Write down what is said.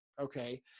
Okay